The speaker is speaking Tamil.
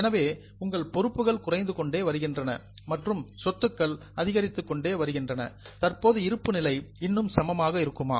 எனவே உங்கள் பொறுப்புகள் குறைந்து கொண்டே வருகின்றன மற்றும் சொத்துக்கள் அதிகரித்து வருகின்றன தற்போது இருப்பு நிலை இன்னும் சமமாக இருக்குமா